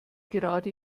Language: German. gerade